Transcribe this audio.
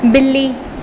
بلی